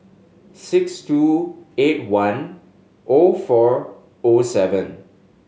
six two eight one O four O seven